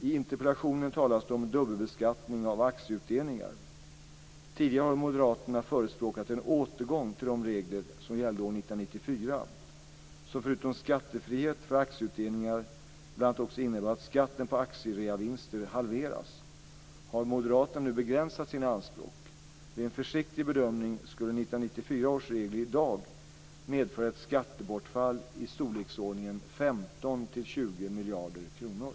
I interpellationen talas det om dubbelbeskattning av aktieutdelningar. Tidigare har Moderaterna förespråkat en återgång till de regler som gällde år 1994 som förutom skattefrihet för aktieutdelningar bl.a. också innebär att skatten på aktiereavinster halveras. Har Moderaterna nu begränsat sina anspråk? Vid en försiktig bedömning skulle 1994 års regler i dag medföra ett skattebortfall i storleksordningen 15-20 miljarder kronor.